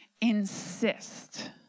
insist